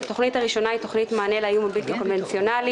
התוכנית הראשונה היא תוכנית מענה לאיום בלתי קונבנציונלי,